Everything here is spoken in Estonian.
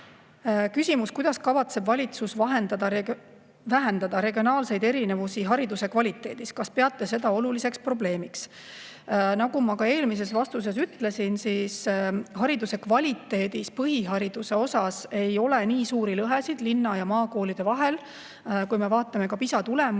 Küsimus: kuidas kavatseb valitsus vähendada regionaalseid erinevusi hariduse kvaliteedis, kas peate seda oluliseks probleemiks? Nagu ma ka eelmises vastuses ütlesin, hariduse kvaliteedis põhihariduse osas ei ole nii suuri lõhesid linna‑ ja maakoolide vahel. Kui me vaatame PISA tulemusi